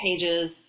pages